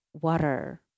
water